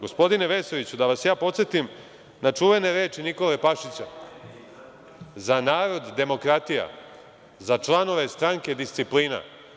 Gospodine Vesoviću da vas ja podsetim na čuvene reči Nikole Pašića – za narod demokratija, za članove stranke disciplina.